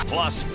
Plus